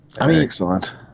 Excellent